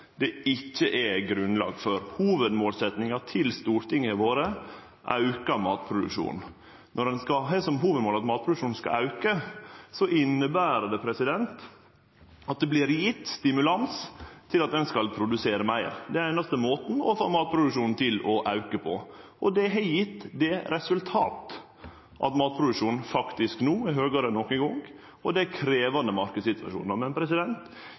det ikkje er grunnlag for. Hovudmålsetjinga til Stortinget har vore auka matproduksjon. Når ein har som hovudmål at matproduksjonen skal auke, inneber det at det vert gjeve stimulans til at ein skal produsere meir. Det er den einaste måten å få matproduksjonen til å auke på. Det har gjeve det resultatet at matproduksjonen no faktisk er høgare enn nokon gong, og det er ein krevjande